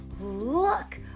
Look